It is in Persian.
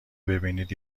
ببینید